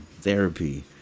therapy